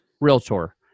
realtor